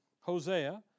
Hosea